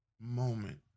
moment